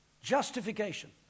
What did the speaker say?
justification